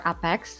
Apex